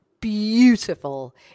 beautiful